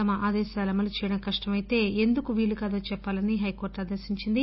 తమ ఆదేశాలు అమలు చేయడం కష్టమైతే ఎందుకో వీలు కాదో చెప్పాలని హైకోర్టు ఆదేశించింది